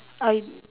I